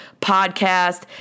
podcast